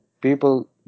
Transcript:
people